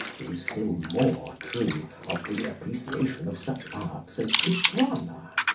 it is still more true of the appreciation of such arts as the drama.